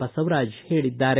ಬಸವರಾಜ ಹೇಳಿದ್ದಾರೆ